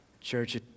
Church